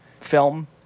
film